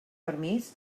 permís